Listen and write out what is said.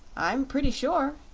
i'm pretty sure.